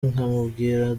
nkamubwira